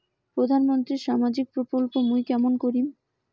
প্রধান মন্ত্রীর সামাজিক প্রকল্প মুই কেমন করিম?